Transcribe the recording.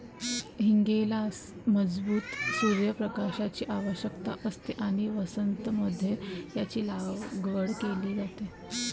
हींगेला मजबूत सूर्य प्रकाशाची आवश्यकता असते आणि वसंत मध्ये याची लागवड केली जाते